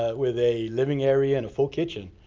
ah with a living area and a full kitchen.